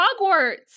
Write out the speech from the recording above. hogwarts